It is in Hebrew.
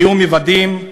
היו מוודאים: